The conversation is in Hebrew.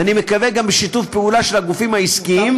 ואני מקווה גם בשיתוף פעולה של הגופים העסקיים,